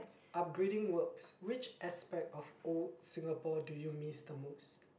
upgrading works which aspect of old Singapore do you miss the most